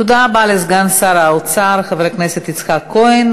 תודה רבה לסגן שר האוצר חבר הכנסת יצחק כהן.